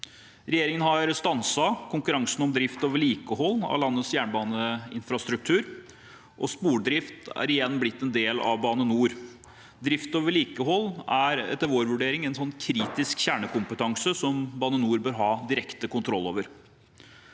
Regjeringen har stanset konkurransen om drift og vedlikehold av landets jernbaneinfrastruktur, og spordrift er igjen blitt en del av Bane NOR. Drift og vedlikehold er etter vår vurdering en kritisk kjernekompetanse som Bane NOR bør ha direkte kontroll over.